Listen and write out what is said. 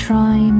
try